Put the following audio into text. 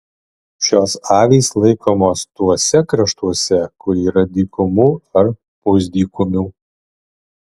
šios avys laikomos tuose kraštuose kur yra dykumų ar pusdykumių